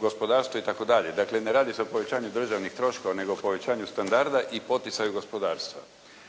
gospodarstvu itd. Dakle, ne radi se o povećanju državnih troškova nego povećanju standarda i poticaju gospodarstva.